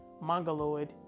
Mongoloid